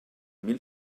mil